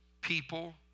people